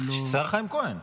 השר חיים כהן.